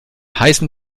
heißen